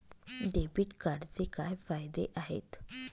Debit कार्डचे काय फायदे आहेत?